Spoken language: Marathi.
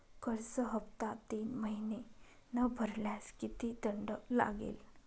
कर्ज हफ्ता तीन महिने न भरल्यास किती दंड लागेल?